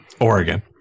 Oregon